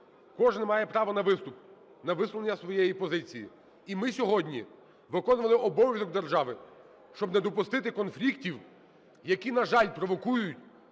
кожен має право на виступ, на висловлення своєї позиції. І ми сьогодні виконували обов'язок держави, щоб не допустити конфліктів, які, на жаль, провокують